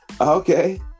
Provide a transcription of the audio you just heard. Okay